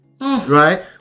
right